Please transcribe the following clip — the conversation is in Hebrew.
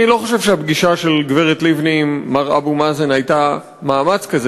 אני לא חושב שהפגישה של גברת לבני עם מר אבו מאזן הייתה מאמץ כזה,